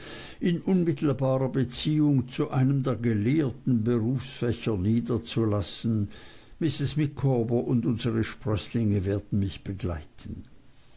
in unmittelbarer beziehung zu einem der gelehrten berufsfächer niederzulassen mrs micawber und unsere sprößlinge werden mich begleiten